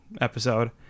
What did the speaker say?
episode